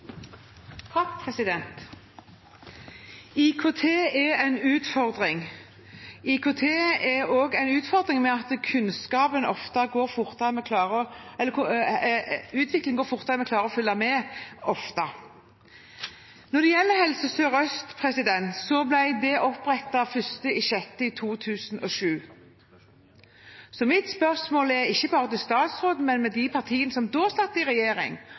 en utfordring også ved at utviklingen ofte går fortere enn vi klarer å følge med på. Når det gjelder Helse Sør-Øst, ble den opprettet 1. juni i 2007. Så mitt spørsmål er ikke bare til statsråden, men også til de partiene som da satt i regjering